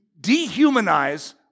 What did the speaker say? dehumanize